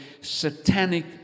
satanic